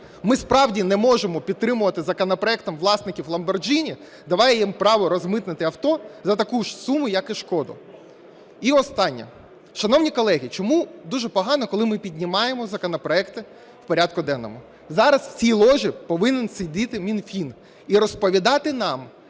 Ми справді не можемо підтримувати законопроектом власників "ламборджині", даючи їм право розмитнити авто за таку ж суму, як і "шкоду". І останнє, шановні колеги. Чому дуже погано, коли ми піднімаємо законопроекти в порядку денному. Зараз в цій ложі повинен сидіти Мінфін і розповідати нам,